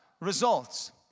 results